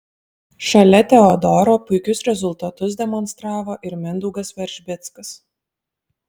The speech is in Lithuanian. šalia teodoro puikius rezultatus demonstravo ir mindaugas veržbickas